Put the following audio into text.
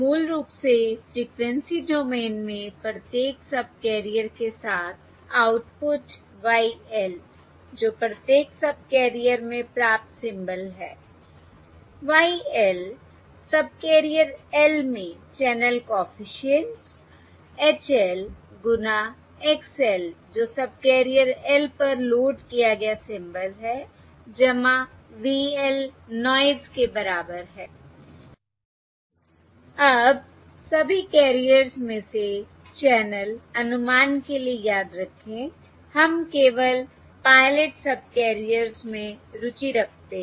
मूल रूप से फ्रिकवेंसी डोमेन में प्रत्येक सबकैरियर के साथ आउटपुट Y l जो प्रत्येक सबकैरियर में प्राप्त सिंबल है Y l सबकेरियर L में चैनल कॉफिशिएंट्स H l गुना X l जो सबकेरियर L पर पर लोड किया गया सिंबल है V l नॉयस के बराबर है I अब सभी कैरियर्स में से चैनल अनुमान के लिए याद रखें हम केवल पायलट सबकैरियर्स में रुचि रखते हैं